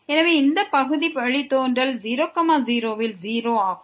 எனவே இந்த பகுதி வழித்தோன்றல் 0 0 ல் 0 ஆகும்